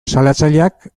salatzaileak